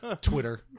Twitter